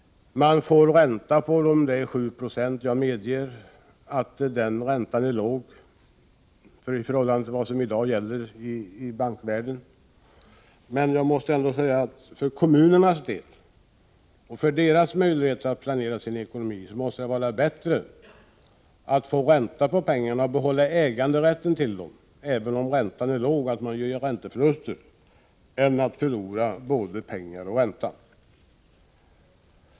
Man får ränta på dem, 796. Jag medger att räntan är låg i förhållande till vad som i dag gäller i bankvärlden, men jag måste ändå säga att för kommunernas del och för deras möjligheter att planera sin ekonomi måste det vara bättre att få ränta på pengarna och behålla äganderätten till dem, även om räntan är låg och man gör ränteförluster, än att förlora både pengar och ränta.